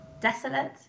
Desolate